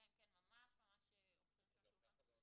אלא אם כן ממש ממש הופכים שם שולחן.